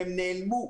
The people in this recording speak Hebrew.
הם נעלמו.